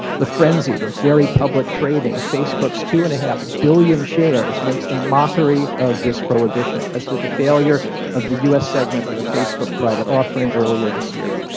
the frenzied and very public trading of facebook's two and a half billion shares makes a mockery of this prohibition, as did the failure of the u s. segment of a facebook private offering earlier this year.